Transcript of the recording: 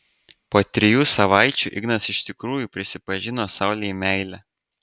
po trijų savaičių ignas iš tikrųjų prisipažino saulei meilę